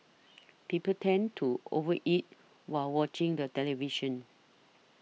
people tend to over eat while watching the television